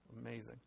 Amazing